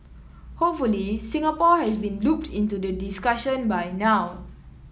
hopefully Singapore has been looped into the discussion by now